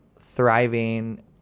thriving